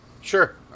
Sure